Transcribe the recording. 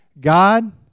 God